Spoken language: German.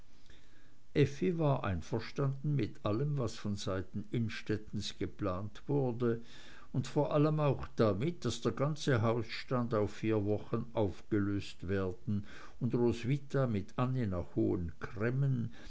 war einverstanden mit allem was von seiten innstettens geplant wurde vor allem auch damit daß der ganze hausstand auf vier wochen aufgelöst und roswitha mit